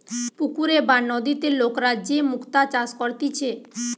পুকুরে বা নদীতে লোকরা যে মুক্তা চাষ করতিছে